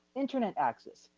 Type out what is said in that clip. internet access,